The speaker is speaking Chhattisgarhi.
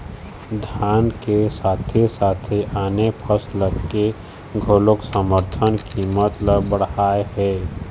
धान के साथे साथे आने फसल के घलोक समरथन कीमत ल बड़हाए हे